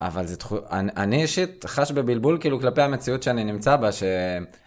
אבל הנשק ... בבלבול כאילו כלפי המציאות שאני נמצא בה.